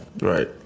Right